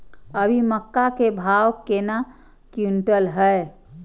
अभी मक्का के भाव केना क्विंटल हय?